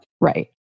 Right